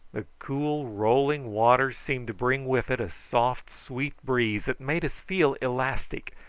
the cool rolling water seemed to bring with it a soft sweet breeze that made us feel elastic,